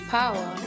power